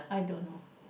I don't know